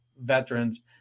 veterans